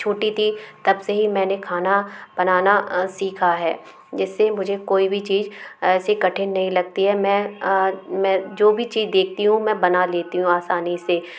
छोटी थी तब से ही मैंने खाना बनाना सीखा है जिससे मुझे कोई भी चीज़ ऐसे कठिन नहीं लगती मैं मैं जो भी चीज़ देखती हूँ मैं बना लेती हूँ आसानी से